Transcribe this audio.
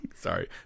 Sorry